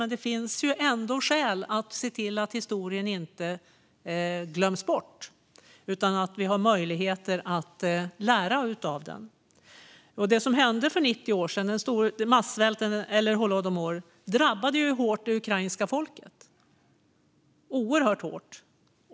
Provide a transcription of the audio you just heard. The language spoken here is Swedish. Men det finns ändå skäl att se till att historien inte glöms bort, utan att vi har möjligheter att lära av den. Massvälten, holodomor, som hände för 90 år sedan drabbade det ukrainska folket oerhört hårt.